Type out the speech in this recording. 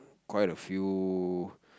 quite a few